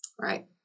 Right